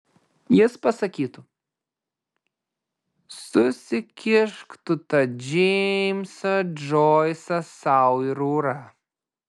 jis pasakytų susikišk tu tą džeimsą džoisą sau į rūrą